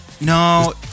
No